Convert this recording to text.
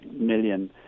million